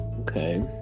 Okay